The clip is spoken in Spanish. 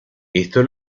esto